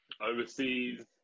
overseas